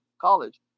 college